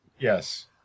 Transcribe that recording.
Yes